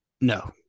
No